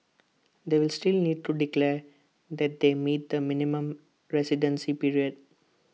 they will still need to declare that they meet the minimum residency period